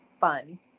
fun